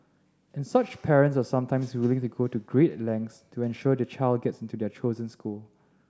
and such parents are sometimes willing to go to great lengths to ensure their child gets into their chosen school